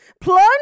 plunge